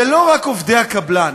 זה לא רק עובדי הקבלן.